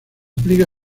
aplica